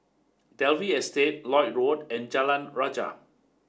Dalvey Estate Lloyd Road and Jalan Rajah